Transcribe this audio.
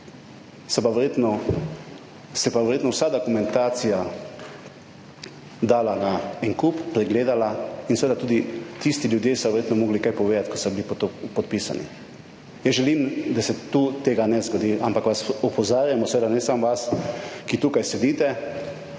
se pa verjetno vsa dokumentacija dala na en kup, pregledala in seveda tudi tisti ljudje so verjetno mogli kaj povedati, ko so bili podpisani. Jaz želim, da se tu tega ne zgodi, ampak vas opozarjamo, seveda ne samo vas, ki tukaj sedite,